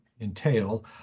entail